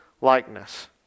likeness